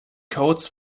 coats